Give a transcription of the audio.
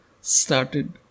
started